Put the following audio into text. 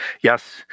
yes